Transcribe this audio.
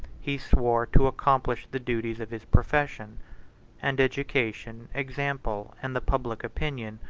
he swore to accomplish the duties of his profession and education, example, and the public opinion,